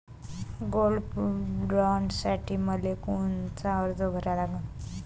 Gold बॉण्डसाठी मले कोनचा अर्ज भरा लागन?